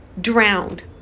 drowned